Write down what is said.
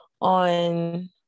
on